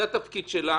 זה התפקיד שלה,